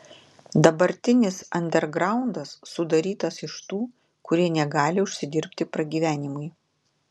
dabartinis andergraundas sudarytas iš tų kurie negali užsidirbti pragyvenimui